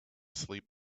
sleep